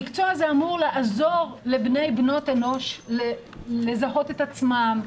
המקצוע הזה אמור לעזור לבני ובנות אנוש לזהות את עצמם,